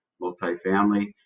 multifamily